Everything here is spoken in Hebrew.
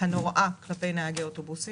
הנוראה כלפי נהגי אוטובוסים.